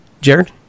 Jared